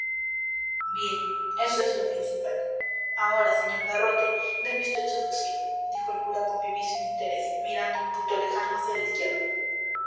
bien eso es lo principal ahora señor garrote déme vd su fusil dijo el cura con vivísimo interés mirando a un punto lejano hacia la izquierda